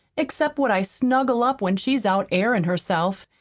except what i snuggle up when she's out airin' herself.